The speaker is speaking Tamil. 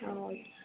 ஆமா ஓகே